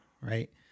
right